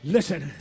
Listen